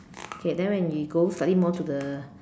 okay then when we go slightly more to the